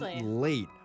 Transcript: late